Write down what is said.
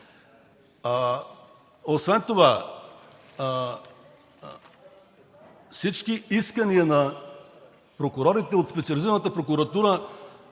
Освен това всички искания на прокурорите от Специализираната прокуратура